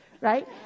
right